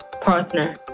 partner